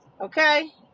Okay